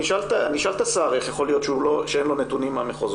אני אשאל את השר איך יכול להיות שאין לו נתונים מהמחוזות,